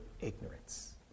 ignorance